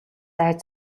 айж